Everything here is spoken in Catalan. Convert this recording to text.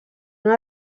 una